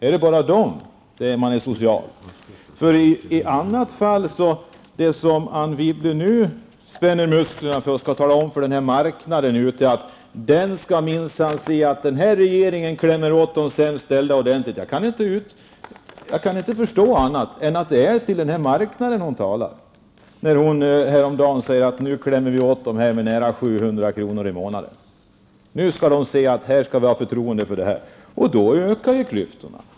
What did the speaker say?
Är det bara när det gäller dem som man är social? Anne Wibble spänner nu musklerna för att tala om för marknaden att den minsann skall få se att den här regeringen klämmer åt de sämst ställda ordentligt. Jag kan inte förstå annat än att det är till marknaden hon talar när hon häromdagen säger: Nu klämmer vi åt dem med nära 700 kr. i månaden. Nu skall marknaden få se att den kan ha förtroende för den här politiken. Då ökar ju klyftorna.